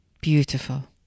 Beautiful